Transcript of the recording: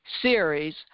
series